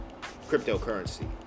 cryptocurrency